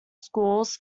scores